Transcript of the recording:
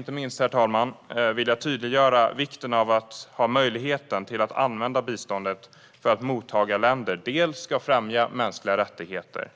Sist men inte minst vill jag tydliggöra vikten av att ha en möjlighet att använda biståndet för att mottagarländer dels ska främja mänskliga rättigheter,